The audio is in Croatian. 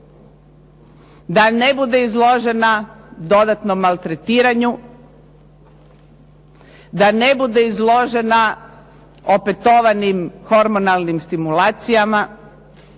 da ne bude izložena dodatnom maltretiranju, da ne bude izložena opetovanim hormonalnim stimulacijama,